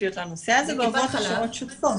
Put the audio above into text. ספציפיות לנושא הזה ועוברות הכשרות שוטפות.